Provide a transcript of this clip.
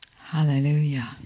Hallelujah